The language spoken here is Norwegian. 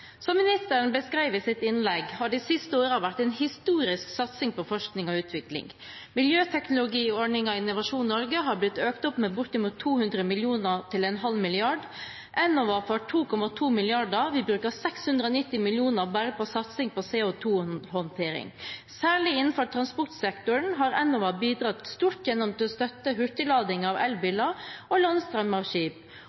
Som ministeren beskrev i sitt innlegg, har det de siste årene vært en historisk satsing på forskning og utvikling. Miljøteknologiordningen i Innovasjon Norge har blitt økt med bortimot 200 mill. kr til en halv milliard kr. Enova får 2,2 mrd. kr, og vi bruker 690 mill. kr bare på satsing på CO2-håndtering. Særlig innenfor transportsektoren har Enova bidratt stort gjennom støtte til hurtiglading av